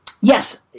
yes